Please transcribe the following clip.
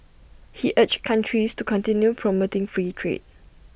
he urged countries to continue promoting free trade